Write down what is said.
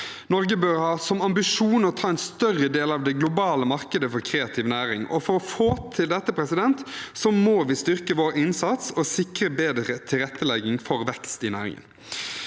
Norge bør ha som ambisjon å ta en større del av det globale markedet for kreativ næring. For å få til dette må vi styrke vår innsats og sikre bedre tilrettelegging for vekst i næringen.